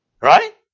Right